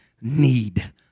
need